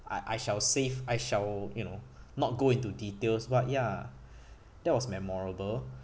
I I shall save I shall you know not go into details but ya that was memorable